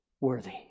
worthy